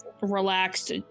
Relaxed